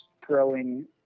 growing